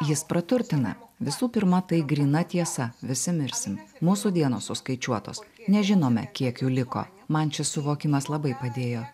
jis praturtina visų pirma tai gryna tiesa visi mirsim mūsų dienos suskaičiuotos nežinome kiek jų liko man šis suvokimas labai padėjo